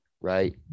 right